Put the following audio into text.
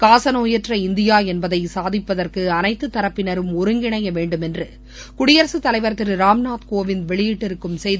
காசநோயற்ற India என்பதை சாதிப்பதற்கு அனைத்து தரப்பினரும் ஒருங்கிணைய வேண்டும்என்று குடியரசுத் தலைவர் திரு ராம்நாத் கோவிந்த் வெளியிட்டிருக்கும் செய்தியில் கூறியுள்ளார்